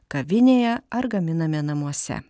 kavinėje ar gaminame namuose